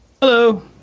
hello